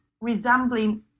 resembling